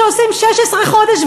שעושים 16 חודש,